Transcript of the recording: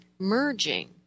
merging